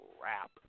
crap